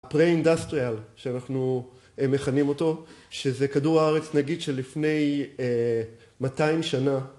פרה אינדסטריאל שאנחנו מכנים אותו, שזה כדור הארץ נגיד שלפני 200 שנה